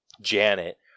Janet